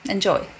Enjoy